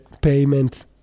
payment